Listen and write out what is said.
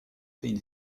been